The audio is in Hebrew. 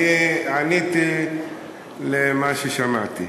אני עניתי על מה ששמעתי.